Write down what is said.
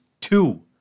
Two